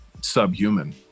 subhuman